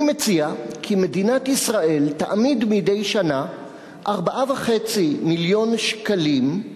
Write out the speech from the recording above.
אני מציע כי מדינת ישראל תעמיד מדי שנה 4.5 מיליון שקלים,